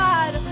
God